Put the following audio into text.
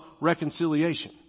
reconciliation